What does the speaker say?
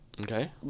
Okay